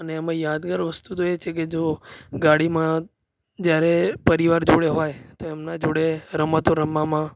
અને એમાં યાદગાર વસ્તુ તો એ છે કે જો ગાડીમાં જ્યારે પરિવાર જોડે હોય તો એમના જોડે રમતો રમવામાં